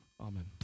amen